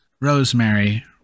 Rosemary